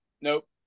Nope